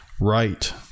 Right